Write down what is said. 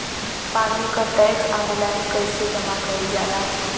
पानी क tax online कईसे जमा कईल जाला?